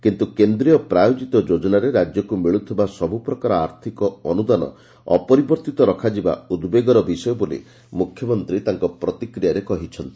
କିନ୍ତୁ କେନ୍ଦ୍ରୀୟ ପ୍ରାୟୋଜିତ ଯୋଜନାରେ ରାଜ୍ୟକୁ ମିଳୁଥିବା ସବୁ ପ୍ରକାର ଆର୍ଥିକ ଅନୁଦାନ ଅପରିବର୍ଭିତ ରଖାଯିବା ଉଦବେଗର ବିଷୟ ବୋଲି ମୁଖ୍ୟମନ୍ତୀ ତାଙ୍କ ପ୍ରତିକ୍ରିୟାରେ କହିଛନ୍ତି